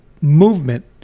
movement